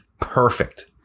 perfect